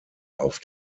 auf